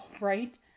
right